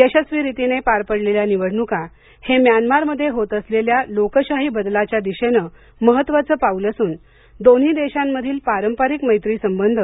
यशस्वी रीतीने पार पडलेल्या निवडणुका हे म्यानमार मध्ये होत असलेल्या लोकशाही बदलाच्या दिशेने महत्वाचं पाउल असून दोन्ही देशांमधील पारपरिक मैत्रीसंबंध